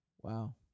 Wow